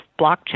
blockchain